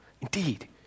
Indeed